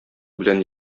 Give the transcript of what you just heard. белән